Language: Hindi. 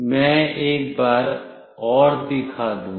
मैं एक बार और दिखा दूंगा